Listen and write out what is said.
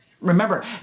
Remember